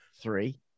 Three